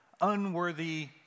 unworthy